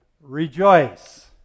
rejoice